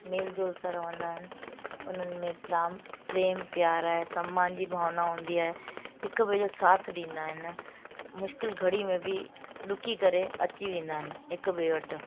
मेलजोल सां रहंदा आहिनि उन्हनि में प्राम प्रेम प्यार ऐं सम्मान जी भावना हूंदी आहे हिक ॿिए जो साथ ॾींदा आहिनि मुश्किलु घड़ी में बि डुकी करे अची वेंदा आहिनि हिकु ॿिए वटि